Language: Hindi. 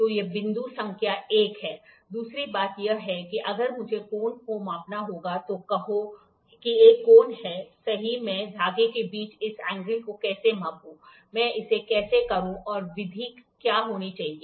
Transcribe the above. तो यह बिंदु संख्या 1 है दूसरी बात यह है कि अगर मुझे कोण को मापना है तो कहो कि एक कोण हैसही मैं धागे के बीच इस कोण को कैसे मापूं मैं इसे कैसे करूं और विधि क्या होनी चाहिए